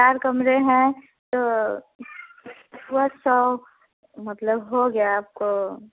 चार कमरे हैं तो मतलब हो गया आपको